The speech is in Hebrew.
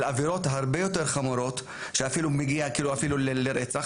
על עבירות הרבה יותר חמורות שמגיעות אפילו לרצח,